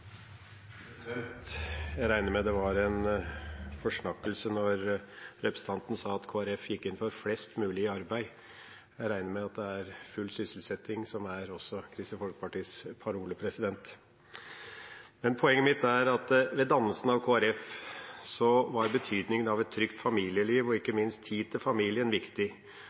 var en forsnakkelse da representanten sa at Kristelig Folkeparti gikk inn for flest mulig i arbeid. Jeg regner med at det er full sysselsetting som også er Kristelig Folkepartis parole. Poenget mitt er at ved dannelsen av Kristelig Folkeparti var betydningen av et trygt familieliv, og ikke minst tid til familien, viktig.